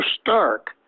stark